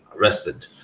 Arrested